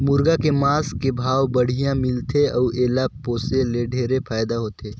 मुरगा के मांस के भाव बड़िहा मिलथे अउ एला पोसे ले ढेरे फायदा होथे